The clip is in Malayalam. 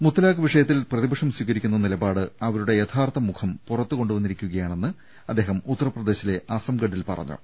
മുത്വലാഖ് വിഷയത്തിൽ പ്രതി പക്ഷം സ്വീകരിക്കുന്ന നിലപാട് അവരുടെ യഥാർത്ഥ മുഖം പുറത്ത് കൊണ്ടുവന്നിരിക്കുകയാണെന്ന് അദ്ദേഹം ഉത്തർപ്ര ദേശിലെ അസംഗഡിൽ പറഞ്ഞു